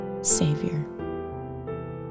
savior